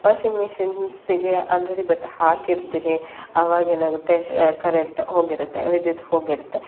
washing ಮೆಷಿನ್ಸ್ಗೆ already ಬಟ್ಟೆ ಹಾಕಿರ್ತೀರಿ ಅವಾಗ ಏನಾಗುತ್ತೆ ಕರೆಂಟ್ ಹೋಗಿರುತ್ತೆ ವಿದ್ಯುತ್ ಹೋಗಿರುತ್ತೆ